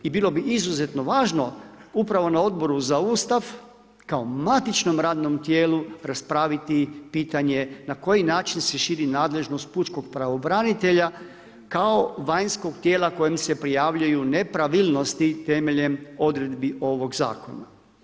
I bilo bi izuzetno važno, upravo na Odboru za Ustav, kao matičnom radnom tijelu raspraviti pitanje na koji način se širi nadležnost pučkog pravobranitelja kao vanjskog tijela kojem se prijavljuju nepravilnosti temeljem odredbi ovoga zakona.